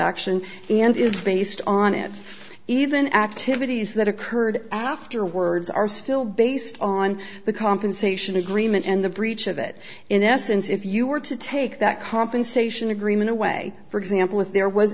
action and is based on it even activities that occurred afterwards are still based on the compensation agreement and the breach of it in essence if you were to take that compensation agreement away for example if there was